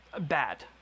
bad